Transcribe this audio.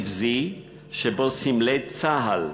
מעשה נבזי שבו סמלי צה"ל,